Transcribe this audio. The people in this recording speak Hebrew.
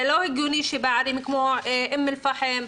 זה לא הגיוני שבערים כמו אום אל פאחם,